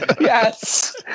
Yes